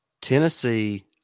Tennessee